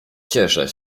cieszę